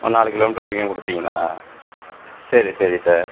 ஒரு நாலு kilometre வரைக்கும் கொடுப்பிங்ளா சரி சரி சார்